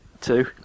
Two